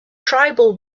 tribal